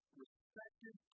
respected